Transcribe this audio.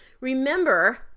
remember